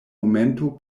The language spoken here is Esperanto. momento